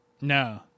No